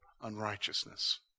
unrighteousness